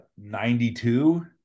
92